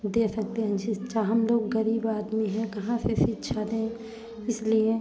दे सकते हैं शिक्षा हम लोग गरीब आदमी हैं कहाँ से शिक्षा दें इसलिए